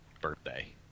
birthday